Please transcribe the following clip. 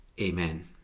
Amen